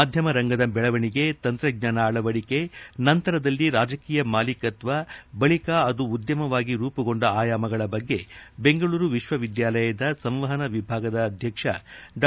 ಮಾಧ್ಯಮ ರಂಗದ ಬೆಳವಣಿಗೆ ತಂತ್ರಜ್ಞಾನ ಅಳವಡಿಕೆ ನಂತರದಲ್ಲಿ ರಾಜಕೀಯ ಮಾಲೀಕತ್ವ ಬಳಿಕ ಅದು ಉದ್ಯಮವಾಗಿ ರೂಪುಗೊಂಡ ಆಯಾಮಗಳ ಬಗ್ಗೆ ಬೆಂಗಳೂರು ವಿಶ್ವವಿದ್ಯಾಲಯದ ಸಂವಹನ ವಿಭಾಗದ ಅಧ್ಯಕ್ಷ ಡಾ